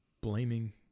blaming